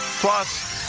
plus.